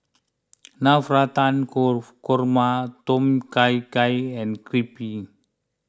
Navratan Korma Tom Kha Gai and Crepe